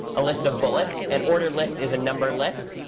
a list of bullets. an ordered list is a numbered list.